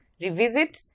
revisit